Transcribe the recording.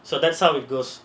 so that's how it goes